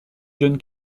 john